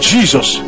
Jesus